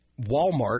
Walmart